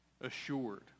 assured